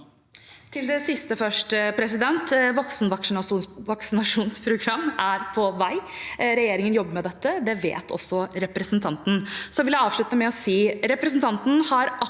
Voksenvaksinasjonsprogram er på vei, regjeringen jobber med dette. Det vet også representanten.